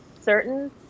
certain